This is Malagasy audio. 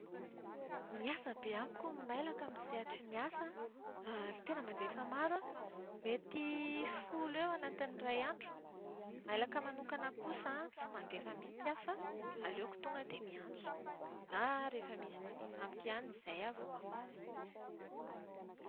Miasa be amiko ny mailaka amin'ny sehatry ny asa ary tena mandefa maro aho. Mety folo eo anatin'ny iray andro. Ny mailaka manokana kosa tsy mandefa mihitsy aho fa aleoko tonga dia miantso, na rehefa misy mandefa amiko ihany izay aho vao mamaly.